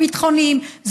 ביטחוניים,